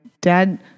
dad